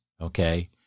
Okay